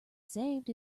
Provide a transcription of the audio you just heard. saved